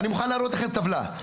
אני מוכן להראות לכם טבלה.